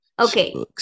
okay